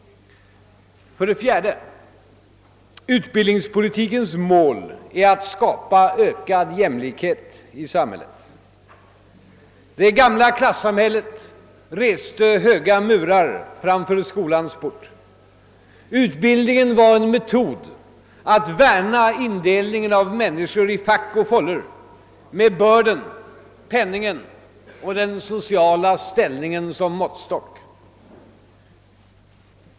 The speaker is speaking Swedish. För det fjärde: Utbildningspolitikens Mål är att skapa ökad jämlikhet i samhället. Det gamla klassamhället reste höga murar framför skolans port. Utbildningen var en metod att värna indelningen av människor i fack och fållor med börden, penningen och den sociala ställningen som måttstock.